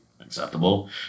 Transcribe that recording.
acceptable